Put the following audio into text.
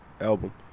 album